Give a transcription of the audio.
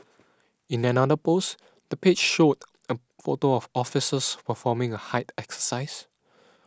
in another post the page showed a photo of officers performing a height exercise